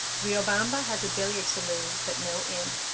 riobamba has a billiard saloon, but no inn.